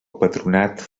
patronat